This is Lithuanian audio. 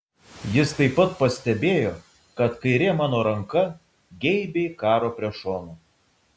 jis taip pat pastebėjo kad kairė mano ranka geibiai karo prie šono